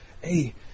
hey